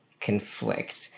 conflict